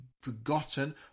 forgotten